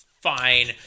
fine